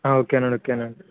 okay అండి okay అండి